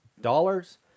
dollars